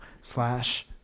slash